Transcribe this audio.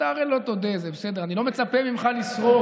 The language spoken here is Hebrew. אתה הרי לא תודה, זה בסדר, אני לא מצפה ממך לשרוף,